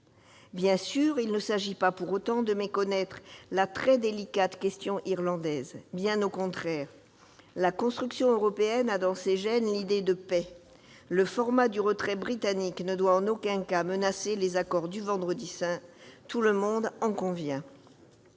Bien sûr, il ne s'agit pas pour autant de méconnaître la très délicate question irlandaise, bien au contraire. La construction européenne a dans ses gênes l'idée de paix. Le format du retrait britannique ne doit en aucun cas menacer les accords du Vendredi saint, tout le monde en convient.